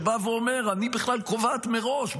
שבא ואומר: אני בכלל קובעת מראש,